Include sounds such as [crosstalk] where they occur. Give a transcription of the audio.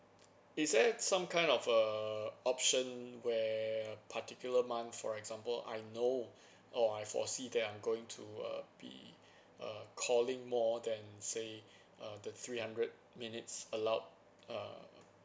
is there some kind of a option where particular month for example I know [breath] or I foresee that I'm going to uh be uh calling more than say [breath] uh the three hundred minutes allowed uh